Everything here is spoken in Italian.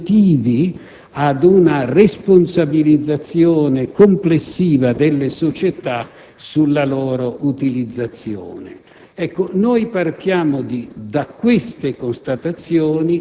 proprietari, ha creato disincentivi a una responsabilizzazione complessiva delle società sulla loro utilizzazione.